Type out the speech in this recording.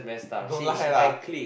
don't lie lah